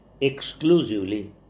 exclusively